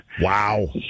Wow